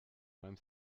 beim